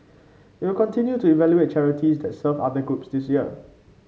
it will continue to evaluate charities that serve other groups this year